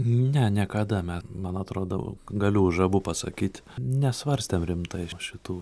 ne niekada me man atrodo galiu už abu pasakyt nesvarstėm rimtai šitų